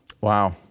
Wow